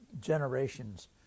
generations